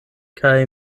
kaj